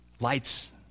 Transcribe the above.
Lights